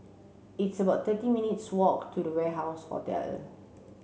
it's about thirty minutes' walk to the Warehouse Hotel